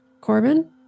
Corbin